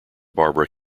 barbara